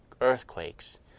earthquakes